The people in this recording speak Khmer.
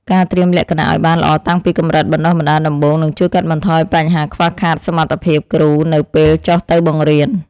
ការត្រៀមលក្ខណៈឱ្យបានល្អតាំងពីកម្រិតបណ្តុះបណ្តាលដំបូងនឹងជួយកាត់បន្ថយបញ្ហាខ្វះខាតសមត្ថភាពគ្រូនៅពេលចុះទៅបង្រៀន។